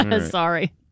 Sorry